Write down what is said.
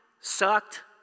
sucked